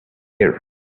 year